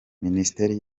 minisiteri